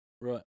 right